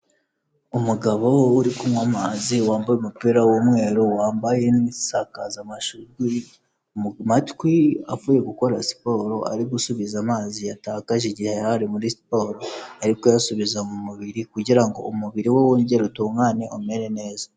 Umugabo uri kunywa amazi wambaye umupira w'umweru, wambaye n'isakazamajwi mu matwi, avuye gukora siporo ari gusubiza amazi yatakaje igihe yari muri siporo, ari kuyasubiza mu mubiri kugira ngo umubiri we wongere utungane, umere neza.